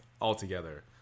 altogether